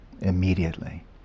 Immediately